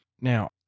Now